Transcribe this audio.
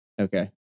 Okay